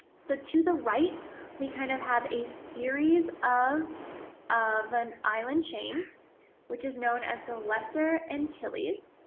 so, to the right we kind of have a series of of an island chain which is known as the lesser antilles.